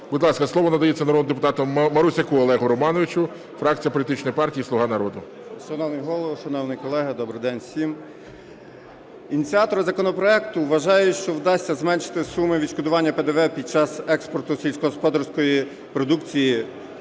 Будь ласка, слово надається народному депутату Марусяку Олегу Романовичу, фракція політичної партії "Слуга народу". 10:57:14 МАРУСЯК О.Р. Шановний голово, шановні колеги, добрий день всім. Ініціатор законопроекту вважає, що вдасться зменшити суми відшкодування ПДВ під час експорту сільськогосподарської продукції,